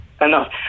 Enough